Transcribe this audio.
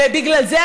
ובגלל זה,